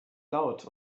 laut